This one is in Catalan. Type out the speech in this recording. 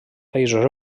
països